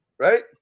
Right